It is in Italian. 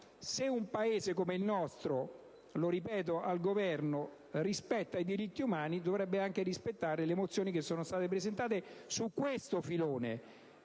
se un Paese come il nostro, lo ripeto al Governo, rispetta i diritti umani, dovrebbe anche rispettare le mozioni che sono state presentate sul punto del